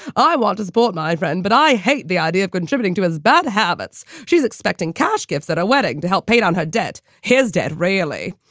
i want to support my friend, but hate the idea of contributing to his bad habits. she's expecting cash gifts at our wedding to help pay down her debt. his dad rarely.